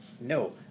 No